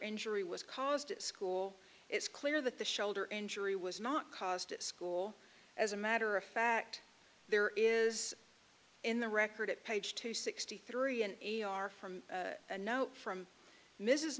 injury was caused at school it's clear that the shoulder injury was not caused at school as a matter of fact there is in the record at page two sixty three and a are from a note from mrs